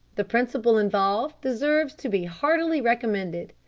the principle involved deserves to be heartily recommended.